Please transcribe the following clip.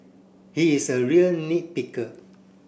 he is a real nit picker